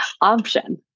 option